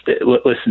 listen